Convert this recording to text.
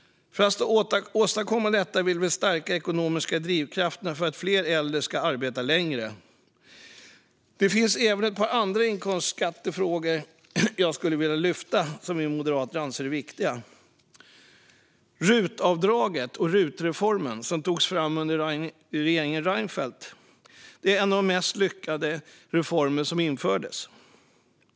För att åstadkomma detta vill vi stärka de ekonomiska drivkrafterna för att fler äldre ska arbeta längre. Det finns även ett par andra inkomstskattefrågor som vi moderater anser är viktiga och som jag skulle vilja lyfta fram. Rutavdraget och rutreformen som togs fram under regeringen Reinfeldt är en av de mest lyckade reformer som infördes.